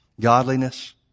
godliness